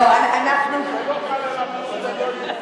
זה לא חל על המיעוט הלא-יהודי,